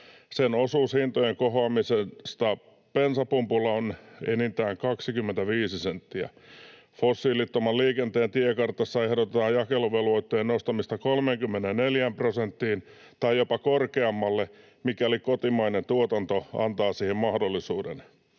Sen osuus hintojen kohoamisesta bensapumpulla on enintään 25 senttiä. Fossiilittoman liikenteen tiekartassa ehdotetaan jakeluvelvoitteen nostamista 34 prosenttiin tai jopa korkeammalle, mikäli kotimainen tuotanto antaa siihen mahdollisuuden.